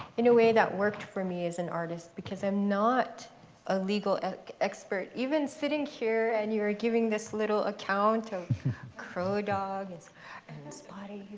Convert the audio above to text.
in a way that worked for me as an artist? because i'm not a legal expert. even sitting here, and you are giving this little account of crow dog and spotted